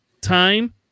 time